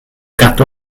gadw